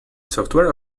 software